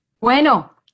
Bueno